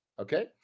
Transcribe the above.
Okay